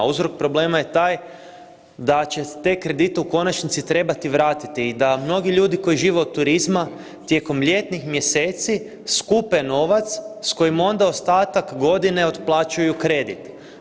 Uzrok problema je taj da će te kredite u konačnici trebati vratiti i da mnogi ljudi koji žive od turizma tijekom ljetnih mjeseci skupe novac s kojim onda ostatak godine otplaćuju kredit.